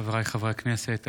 חבריי חברי הכנסת,